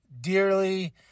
dearly